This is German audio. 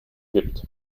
gibt